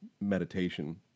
meditation